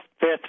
fifth